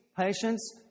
patience